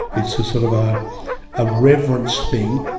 it's a sort of ah a reverence thing.